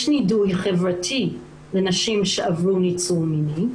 נידוי חברתי לאנשים שעברו ניצול מיני.